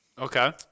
Okay